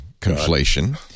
conflation